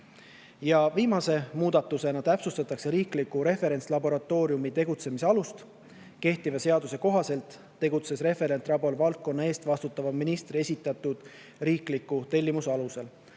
Ja viimase muudatusena täpsustatakse riikliku referentlaboratooriumi tegutsemise alust. Kehtiva seaduse kohaselt tegutseb referentlabor valdkonna eest vastutava ministri esitatud riikliku tellimuse alusel.